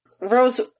Rose